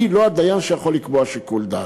אני לא הדיין שיכול לקבוע שיקול דעת.